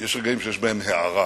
יש רגעים שיש בהם הארה.